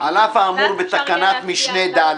"על אף האמור בתקנת משנה (ד)